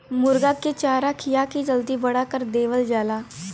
मुरगा के चारा खिया के जल्दी बड़ा कर देवल जाला